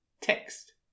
text